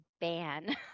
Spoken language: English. ban